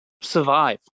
survive